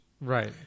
right